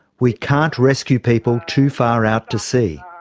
we can't rescue people too far out to sea.